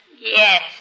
Yes